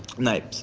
night